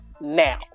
now